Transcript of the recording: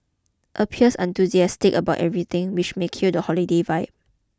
appears unenthusiastic about everything which may kill the holiday vibe